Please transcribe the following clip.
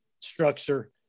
structure